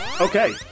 Okay